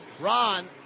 Ron